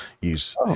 use